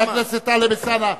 חבר הכנסת טלב אלסאנע,